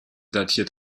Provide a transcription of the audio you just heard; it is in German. datiert